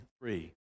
three